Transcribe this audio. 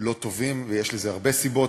לא טובים, ויש לזה הרבה סיבות.